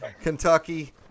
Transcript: Kentucky